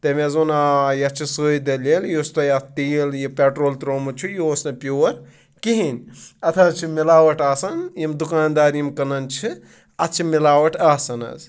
تٔمۍ حظ ووٚن آ یَتھ چھِ سُے دٔلیٖل یُس تۄہِہ اَتھ تیٖل یہِ پٮ۪ٹرول ترٛومُت چھُ یہِ اوس نہٕ پِیٚور کِہینۍ اَتھ حظ چھِ مِلاوَٹ آسان یِم دُکاندار یِم کٕنَن چھِ اَتھ چھِ مِلاوَٹ آسان حظ